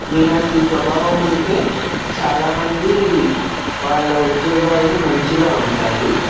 మీలాంటి స్వభావం ఉంటే చాలామంది వాళ్ళ ఉద్యోగాలు మంచిగా ఉంటాయి